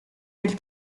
del